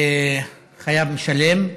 של חייב משלם,